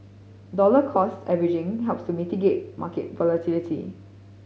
dollar cost averaging helps to mitigate market volatility